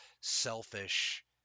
selfish